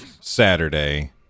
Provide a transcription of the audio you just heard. saturday